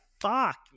fuck